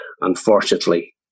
unfortunately